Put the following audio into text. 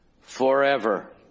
forever